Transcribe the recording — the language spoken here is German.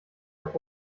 auf